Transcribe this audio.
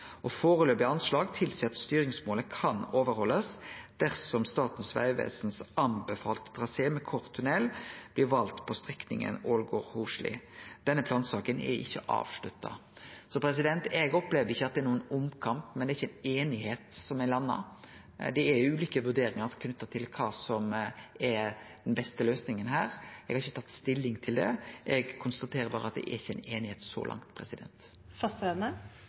at styringsmålet kan overhaldast dersom den anbefalte traseen til Statens vegvesen, med kort tunnel, blir vald på strekninga Ålgård–Osli. Denne plansaka er ikkje avslutta, så eg opplever ikkje at det er nokon omkamp, men det er ikkje ei einigheit som er landa. Det er ulike vurderingar knytte til kva som er den beste løysinga her. Eg har ikkje tatt stilling til det. Eg konstaterer berre at det ikkje er einigheit så langt.